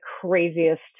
craziest